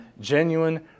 genuine